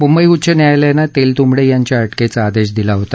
मुंबई उच्च न्यायालयानं तेलतुंबडे यांच्या अटकेचा आदेश दिला होता